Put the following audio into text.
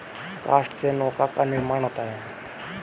काष्ठ से नौका का निर्माण होता है